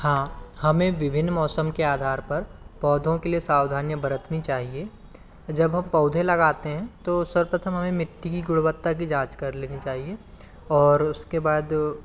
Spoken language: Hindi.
हाँ हमें विभिन्न मौसम के आधार पर पौधों के लिए सावधानियाँ बरतनी चाहिए जब हम पौधे लगाते हैं तो सर्वपथम हमें मिट्टी की गुणवत्ता की जाँच कर लेनी चाहिए और उसके बाद